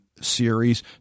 series